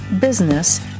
business